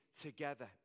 together